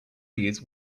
ears